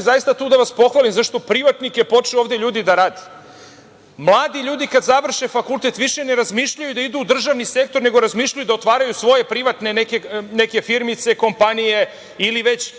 zaista tu da vas pohvalim, zato što je privatnik počeo ovde, ljudi, da radi. Mladi ljudi kada završe fakultet više ne razmišljaju da idu u državni sektor, nego razmišljaju da otvaraju svoje neke firmice, kompanije ili već